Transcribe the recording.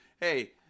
hey